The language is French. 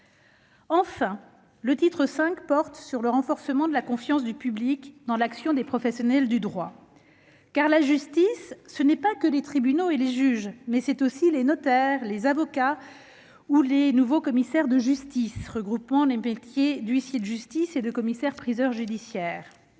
Enfin, le titre V porte sur le renforcement de la confiance du public dans l'action des professionnels du droit, car la justice, ce ne sont pas que les tribunaux et les juges. Ce sont aussi les notaires, les avocats ou les nouveaux commissaires de justice, regroupant les métiers d'huissier de justice et de commissaire-priseur judiciaire.